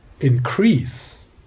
increase